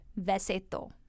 Veseto